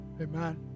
Amen